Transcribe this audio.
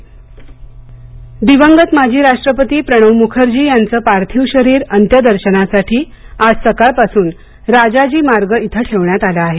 मुखर्जी अंत्यदर्शन दिवंगत माजी राष्ट्रपती प्रणव मुखर्जी यांचं पार्थिव शरीर अंत्यदर्शनासाठी आज सकाळपासून राजाजी मार्ग ठेवण्यात आलं आहे